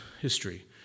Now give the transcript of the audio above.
history